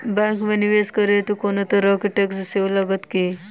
Bank मे निवेश करै हेतु कोनो तरहक टैक्स सेहो लागत की?